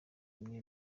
rimwe